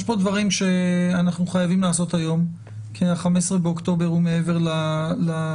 יש דברים שאנחנו חייבים לעשות היום כי ה-15 באוקטובר הוא מעבר לפינה.